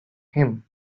him